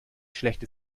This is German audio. schlecht